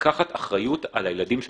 לקחת אחריות על הילדים שלנו,